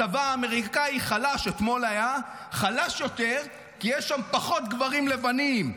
אתמול היה: הצבא האמריקני חלש יותר כי יש שם פחות גברים לבנים,